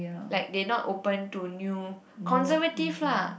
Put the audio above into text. like they not open to new conservative lah